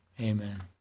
Amen